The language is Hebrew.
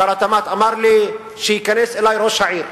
שר התמ"ת אמר לי, שייכנס אלי ראש העיר.